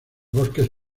bosques